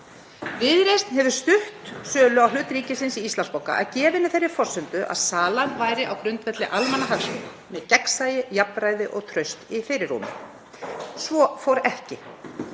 Viðreisn hefur stutt sölu á hlut ríkisins í Íslandsbanka að gefinni þeirri forsendu að salan væri á grundvelli almannahagsmuna, með gegnsæi, jafnræði og traust í fyrirrúmi. Svo fór ekki.